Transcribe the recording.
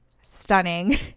stunning